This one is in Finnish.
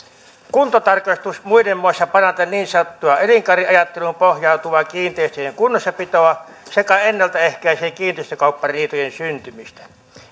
kuntotarkastus muiden muassa parantaa niin sanottua elinkaariajatteluun pohjautuvaa kiinteistöjen kunnossapitoa sekä ennaltaehkäisee kiinteistökauppariitojen syntymistä